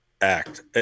act